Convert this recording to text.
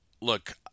look